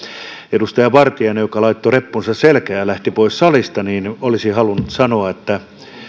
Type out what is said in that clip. edustaja vartiaiselle joka laittoi reppunsa selkään ja lähti pois salista olisin halunnut sanoa että